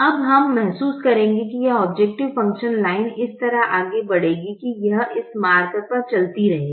अब हम महसूस करेंगे कि यह औब्जैकटिव फ़ंक्शन लाइन इस तरह आगे बढ़ेगी कि यह इस मार्ग पर चलती रहेगी